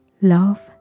Love